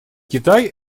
китай